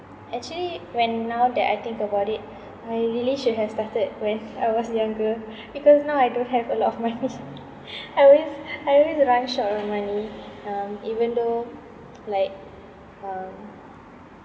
actually when now that I think about it I really should have started when I was younger because now I don't have a lot of money I always I always run short of money um even though like um